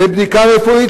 לבדיקה רפואית,